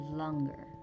longer